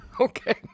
Okay